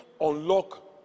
unlock